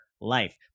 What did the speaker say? life